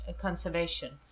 conservation